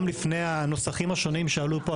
גם לפני הנוסחים השונים שעלו פה,